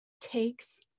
takes